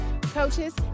coaches